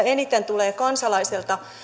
eniten tulee kansalaisilta